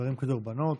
דברים כדרבונות.